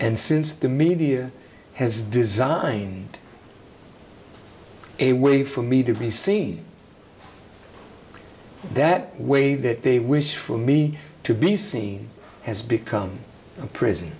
and since the media has designed a way for me to be seen that way that they wish for me to be seen as become a prison